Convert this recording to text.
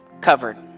covered